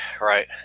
right